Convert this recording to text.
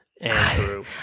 Andrew